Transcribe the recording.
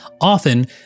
Often